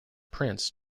prince